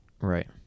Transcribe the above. Right